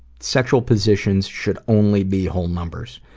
sexual positions should only be whole numbers.